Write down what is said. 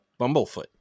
Bumblefoot